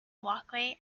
walkway